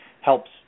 helps